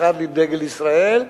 אחד עם דגל ישראל,